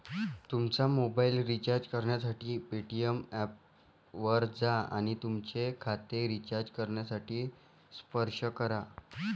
तुमचा mobile recharge करण्यासाठी Paytm ऐपवर जा आणि तुमचे खाते रिचार्ज करण्यासाठी स्पर्श करा